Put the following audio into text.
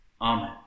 Amen